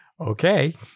Okay